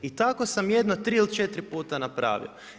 I tako sam jedno 3 ili 4 puta napravio.